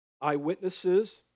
eyewitnesses